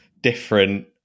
different